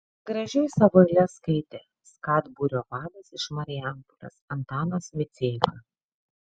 gražiai savo eiles skaitė skat būrio vadas iš marijampolės antanas miceika